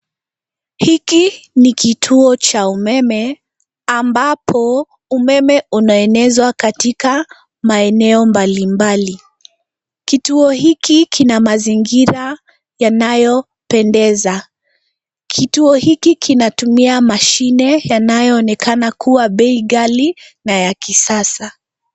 Hiki ni kituo cha umeme ambapo umeme unaonezwa katika maeneo mbalimbali. Kituo hiki kina mazingira yanayopendeza. Kituo hiki kinatumia mashine yanaonekana kuwa bei ng'ali na ya kisasa.